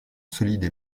solides